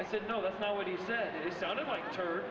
i said no that's not what he said it sounded like her